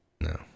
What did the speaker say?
No